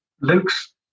Luke's